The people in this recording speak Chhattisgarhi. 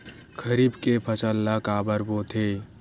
खरीफ के फसल ला काबर बोथे?